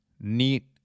neat